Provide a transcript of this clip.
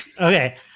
okay